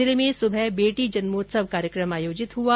जिले में सुबह बेटी जन्मोत्सव कार्यक्रम आयोजित किया गया